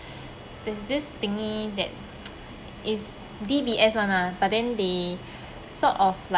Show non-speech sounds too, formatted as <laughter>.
there's this thingy that <noise> is D_B_S [one] lah but then they sort of like